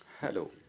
Hello